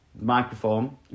Microphone